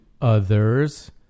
others